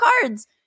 cards